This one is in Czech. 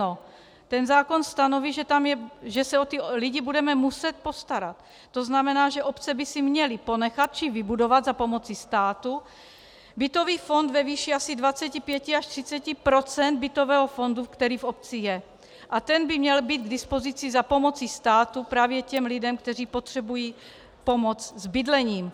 Ten zákon stanoví, že se o ty lidi budeme muset postarat, to znamená, že obce by si měly ponechat či vybudovat za pomoci státu bytový fond ve výši asi 25 až 30 % bytového fondu, který v obci je, a ten by měl být k dispozici za pomoci státu právě lidem, kteří potřebují pomoct s bydlením.